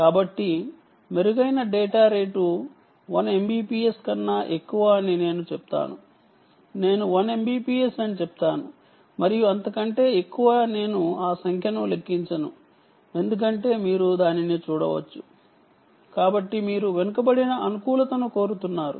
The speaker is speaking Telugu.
కాబట్టి మెరుగైన డేటా రేటు 1 MBPS కన్నా ఎక్కువ అని నేను చెప్తాను నేను 1 MBPS అని చెప్తాను మరియు అంతకంటే ఎక్కువ నేను ఆ సంఖ్యను లెక్కించను ఎందుకంటే మీరు దానిని చూడవచ్చు కాబట్టి మీరు వెనుకబడిన అనుకూలతను కోరుకున్నారు